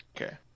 Okay